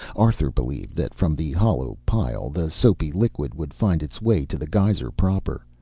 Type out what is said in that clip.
arthur believed that from the hollow pile the soapy liquid would find its way to the geyser proper,